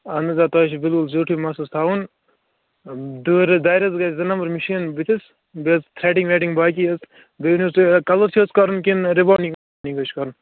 اَہَن آ تۄہہِ ہے چھُ بِلکُل زیوٗٹھٕے مَس حظ تھاوُن دۭرٕ دارِ حظ گژھِ زٕ نَمبَر مِشیٖن بُتھِس بیٚیہِ حظ تھرٛڈِنٛگ وَڈِنٛگ باقٕے حظ بیٚیہِ ؤنِو حظ تُہۍ کَلَر چھُ حظ کَرُن کِنہٕ رِبواڈِنٛگ چھُ کَرُن